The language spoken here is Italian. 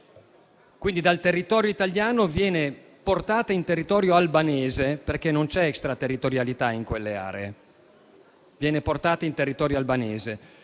quindi dal territorio italiano viene portato in territorio albanese, perché non c'è extraterritorialità in quelle aree,